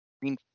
green